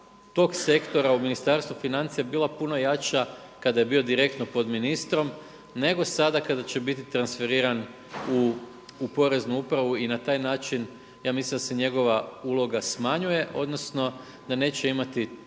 tog sektora u Ministarstvu financija bila puno jača kada je bio direktno pod ministrom nego sada kada će biti transferiran u poreznu upravu i na taj način ja mislim da se njegova uloga smanjuje odnosno da neće imati